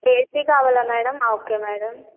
ఏసి కావాలా మేడం ఆ okay madam